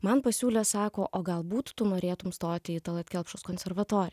man pasiūlė sako o galbūt tu norėtum stoti į tallat kelpšos konservatoriją